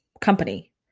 Company